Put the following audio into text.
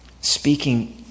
speaking